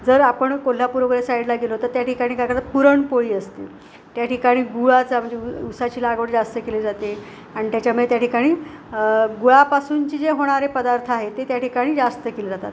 जर आपण कोल्हापूर वगैरे साईडला गेलो तर त्या ठिकाणी काय करतात पुरणपोळी असते त्या ठिकाणी गुळाचा म्हणजे उसाची लागवड जास्त केली जाते अन त्याच्यामुळे त्या ठिकाणी गुळापासूनचे जे होणारे पदार्थ आहे ते त्या ठिकाणी जास्त केले जातात